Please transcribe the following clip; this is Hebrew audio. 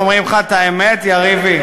כשאנחנו אומרים לך את האמת, יריבי?